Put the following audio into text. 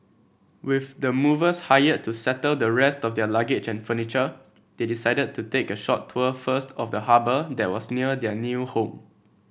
with the movers hired to settle the rest of their luggage and furniture they decided to take a short tour first of the harbour that was near their new home